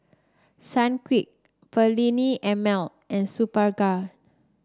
Sunquick Perllini and Mel and Superga